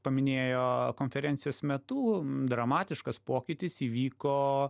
paminėjo konferencijos metu dramatiškas pokytis įvyko